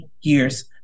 years